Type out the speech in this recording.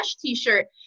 t-shirt